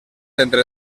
entre